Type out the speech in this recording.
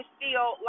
feel